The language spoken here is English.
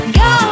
go